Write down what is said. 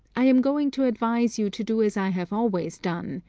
i am going to advise you to do as i have always done,